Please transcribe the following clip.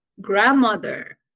grandmother